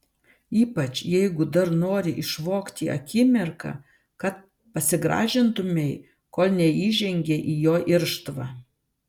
ypač jeigu dar nori išvogti akimirką kad pasigražintumei kol neįžengei į jo irštvą